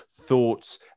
thoughts